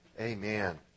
amen